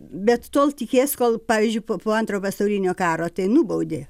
bet tol tikės kol pavyzdžiui po po antrojo pasaulinio karo tai nubaudė